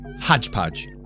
hodgepodge